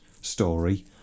story